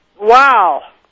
Wow